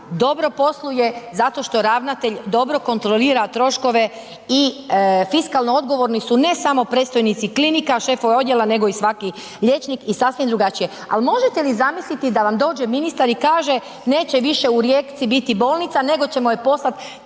dobro posluje zato što ravnatelj dobro kontrolira troškove i fiskalno odgovorni su, ne samo predstojnici klinika, šefovi odjela nego i svaki liječnik i sasvim drugačije je. Ali možete li zamisliti da vam dođe ministar i kaže neće više u Rijeci biti bolnica nego ćemo je poslat